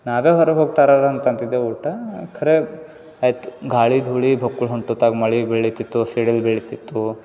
ನಾವೆ ಹೊರಗೆ ಹೋಗಿ ತರೋರಂತಿದೆವ್ ಊಟ ಕರೆ ಆಯಿತು ಗಾಳಿ ಧೂಳಿಗೆ ಹೊಂಟುತಾಗ ಮಳೆ ಬೀಳತಿತ್ತು ಸಿಡಿಲು ಬೀಳ್ತಿತ್ತು